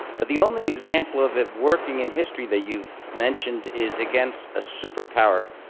but the only example of it working in history that you've mentioned is against a superpower,